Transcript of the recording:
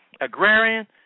agrarian